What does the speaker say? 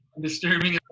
Disturbing